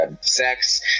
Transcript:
sex